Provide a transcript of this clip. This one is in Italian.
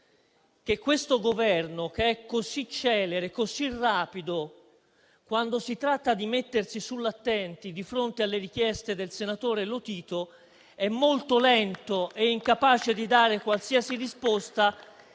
che questo Governo, che è così celere e rapido quando si tratta di mettersi sull'attenti di fronte alle richieste del senatore Lotito, è poi molto lento e incapace di dare qualsiasi risposta